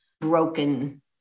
broken